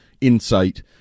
insight